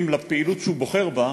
אם לפעילות שהוא בוחר בה,